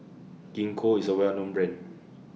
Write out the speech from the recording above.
Gingko IS A Well known Brand